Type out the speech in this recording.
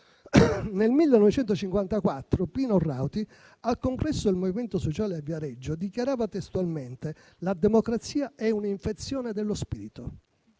Nel 1954 Pino Rauti, al congresso del Movimento Sociale a Viareggio, dichiarava testualmente che la democrazia è un'infezione dello spirito.